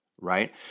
Right